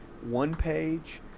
one-page